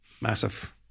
Massive